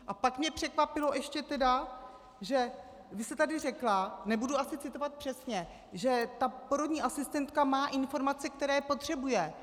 A pak mě překvapilo ještě, že vy jste tady řekla, nebudu citovat asi přesně, že porodní asistentka má informace, které potřebuje.